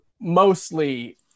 mostly